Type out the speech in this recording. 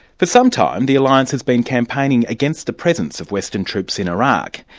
for some time, the alliance has been campaigning against the presence of western troops in iraq,